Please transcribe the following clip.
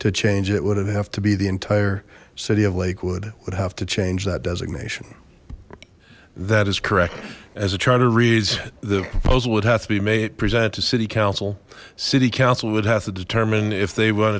to change it would have to be the entire city of lakewood would have to change that designation that is correct as a charter reads the proposal would have to be made presented to city council city council would have to determine if they w